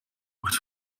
wordt